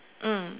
mm